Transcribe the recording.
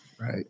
Right